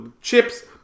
chips